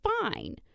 fine